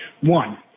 One